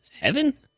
Heaven